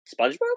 SpongeBob